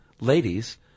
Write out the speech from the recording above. ladies